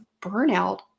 burnout